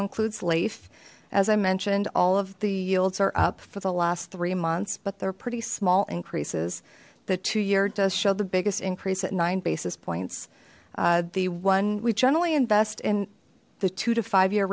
includes life as i mentioned all of the yields are up for the last three months but they're pretty small increases the two year does show the biggest increase at nine basis points the one we generally invest in the two to five year